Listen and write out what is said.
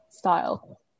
Style